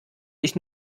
ich